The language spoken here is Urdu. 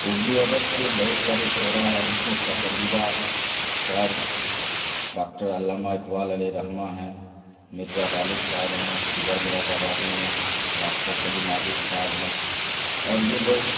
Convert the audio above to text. اردو ادب کے بہت سارے شعرا ہیں اس میں پسندیدہ شاعر ڈاکٹر علامہ اقبال علیہ الرحمہ ہیں مرزا غالب صاحب ہیں جگر مراد آبادی ہیں ڈاکٹر کلیم عاجز صاحب ہیں اور یہ لوگ